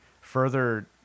further